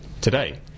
today